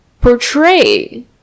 portray